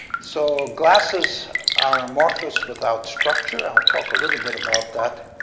so, glasses are amorphous without structure, i'll talk a little bit about that,